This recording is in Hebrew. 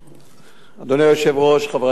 1 3. אדוני היושב-ראש, חברי חברי הכנסת,